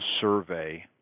survey